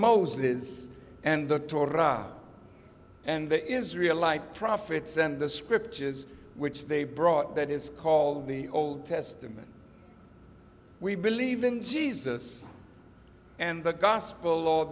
torah and the israel like prophets and the scriptures which they brought that is called the old testament we believe in jesus and the gospel